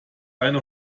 eine